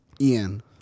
Ian